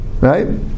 right